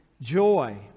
joy